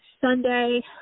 Sunday